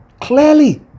clearly